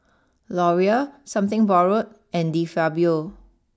Laurier something Borrowed and De Fabio